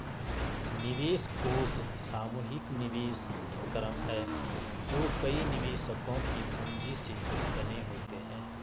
निवेश कोष सामूहिक निवेश उपक्रम हैं जो कई निवेशकों की पूंजी से बने होते हैं